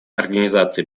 организации